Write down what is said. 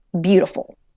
beautiful